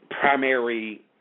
Primary